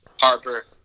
Harper